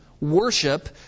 worship